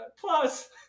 plus